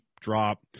drop